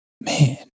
man